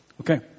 Okay